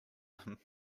them